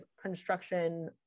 construction